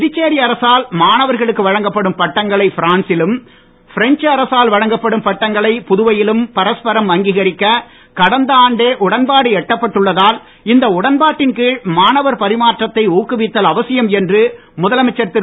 புதுச்சேரி அரசால் மாணவர்களுக்கு வழங்கப்படும் பட்டங்களை பிரான்சி லும் பிரெஞ்ச் அரசால் வழங்கப்படும் பட்டங்களை புதுவையிலும் பரஸ்பரம் அங்கீகரிக்க கடந்த ஆண்டே உடன்பாடு எட்டப்பட்டுள்ளதால் இந்த உடன்பாட்டின் கீழ் மாணவர் பரிமாற்றத்தை ஊக்குவித்தல் அவசியம் என்று முதலமைச்சர் திரு